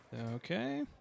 okay